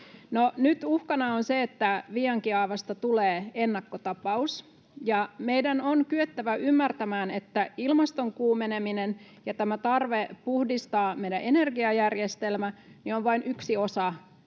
nyt uhkana on se, että Viiankiaavasta tulee ennakkotapaus. Meidän on kyettävä ymmärtämään, että ilmaston kuumeneminen ja tarve puhdistaa meidän energiajärjestelmä ovat vain yksi osa